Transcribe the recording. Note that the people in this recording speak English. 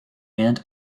and